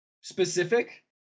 specific